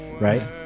right